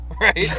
right